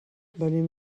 venim